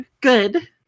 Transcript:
good